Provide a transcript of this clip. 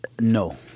no